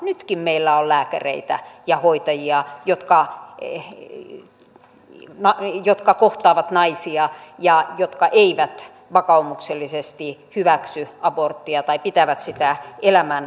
nytkin meillä on lääkäreitä ja hoitajia jotka kohtaavat naisia ja jotka eivät vakaumuksellisesti hyväksy aborttia tai pitävät sitä elämän lopettamisena